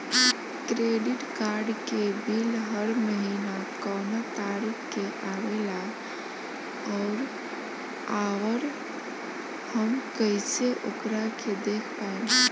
Credit card के bill हर महीना कौना तारीक के आवेला और आउर हम कइसे ओकरा के देख पाएम?